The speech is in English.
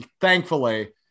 thankfully